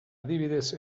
adibidez